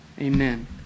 Amen